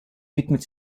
widmet